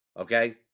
Okay